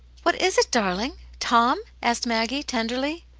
what is it, darling? tom? asked maggie, tenderly.